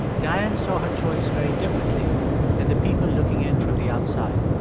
dianne saw her choice very differently than the people looking in from the outside.